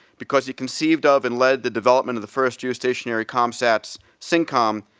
because he conceived of and led the development of the first two stationary comsats, syncom,